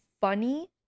funny